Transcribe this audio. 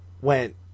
went